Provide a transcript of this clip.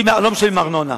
לא משלמים ארנונה,